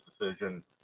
decision